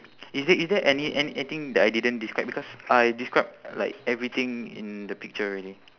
is there is there any~ any~ anything that I didn't describe because I describe like everything in the picture already